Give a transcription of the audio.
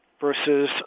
versus